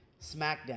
SmackDown